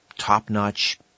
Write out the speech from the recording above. top-notch